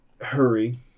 hurry